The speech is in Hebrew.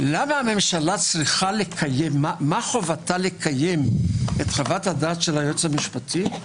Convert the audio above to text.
למה הממשלה מה חובתה לקיים את חוות הדעת של היועץ המשפטי?